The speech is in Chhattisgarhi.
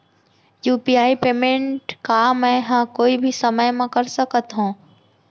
यू.पी.आई पेमेंट का मैं ह कोई भी समय म कर सकत हो?